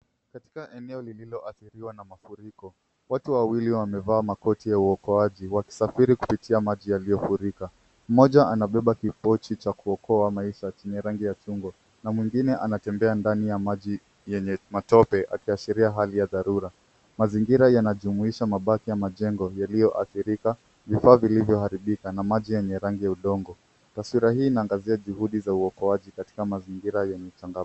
Katika eneo lililo athiriwa na mafuriko, watu wawili wamevaa makoti ya uokoaji wakisafiri kupitia maji yaliyofurika. Mmoja anabeba kipochi cha kuokoa maisha chenye rangi ya chungwa na mwingine anatembea ndani ya maji yenye matope akiashiria hali ya dharura. Mazingira yanajumuisha mabaki ya majengo yaliyoathirika, vifaa vilivyoharibika na maji yenye rangi ya udongo. Taswira hii inaangazia juhudi za uokoaji katika mazingira yenye changamoto.